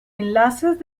enlaces